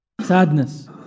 Sadness